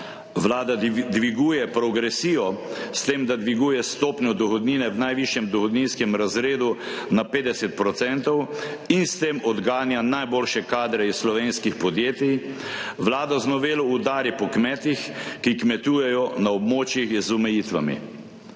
Vlada dviguje progresijo s tem, da dviguje stopnjo dohodnine v najvišjem dohodninskem razredu na 50 % in s tem odganja najboljše kadre iz slovenskih podjetij. Vlada z novelo udari po kmetih, ki kmetujejo na območjih z omejitvami.